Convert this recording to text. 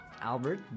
Albert